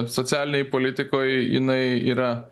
socialinėj politikoj jinai yra